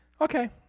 okay